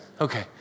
Okay